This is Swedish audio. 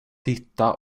hitta